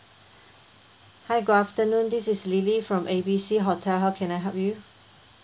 hi good afternoon this is lily from A B C hotel how can I help you